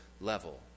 level